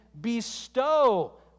bestow